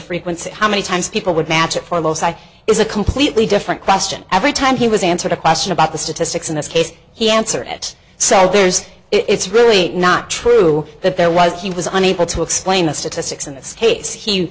frequency how many times people would match up for those eye is a completely different question every time he was answered a question about the statistics in this case he answered it so there's it's really not true that there was he was unable to explain the statistics in this case he